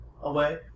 away